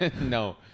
No